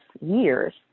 years